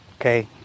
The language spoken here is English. Okay